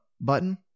button